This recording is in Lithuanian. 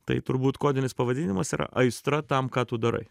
tai turbūt kodinis pavadinimas yra aistra tam ką tu darai